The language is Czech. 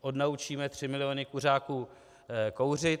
Odnaučíme tři miliony kuřáků kouřit.